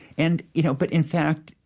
and you know but, in fact,